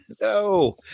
No